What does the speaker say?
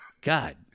God